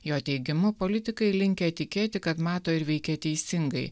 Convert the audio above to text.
jo teigimu politikai linkę tikėti kad mato ir veikia teisingai